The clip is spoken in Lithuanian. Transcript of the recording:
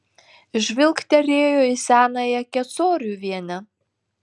žvilgtelėjo į senąją kecoriuvienę